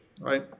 right